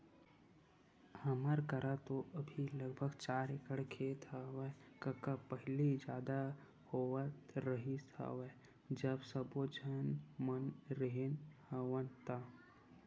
हमर करा तो अभी लगभग चार एकड़ खेत हेवय कका पहिली जादा होवत रिहिस हवय जब सब्बो झन एक म रेहे हवन ता